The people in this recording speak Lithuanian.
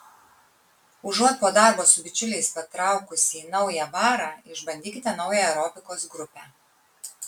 užuot po darbo su bičiuliais patraukusi į naują barą išbandykite naują aerobikos grupę